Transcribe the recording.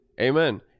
Amen